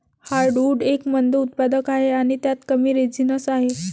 heartwood एक मंद उत्पादक आहे आणि त्यात कमी रेझिनस आहे